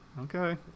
Okay